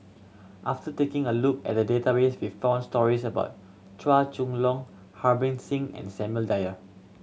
after taking a look at the database we found stories about Chua Chong Long Harbans Singh and Samuel Dyer